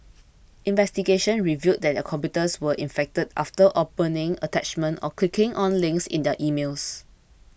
investigations revealed that their computers were infected after opening attachments or clicking on links in their emails